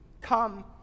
come